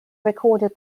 recorded